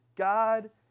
God